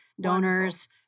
donors